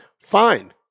Fine